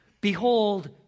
Behold